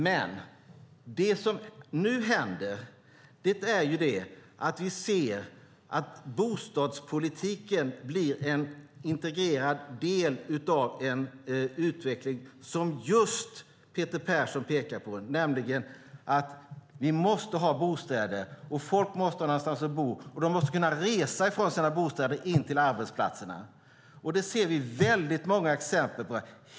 Men nu ser vi att bostadspolitiken blir en integrerad del av en utveckling som just Peter Persson pekar på, nämligen att vi måste ha bostäder. Folk måste också kunna resa från sina bostäder in till arbetsplatserna. Vi ser många exempel på det.